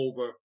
over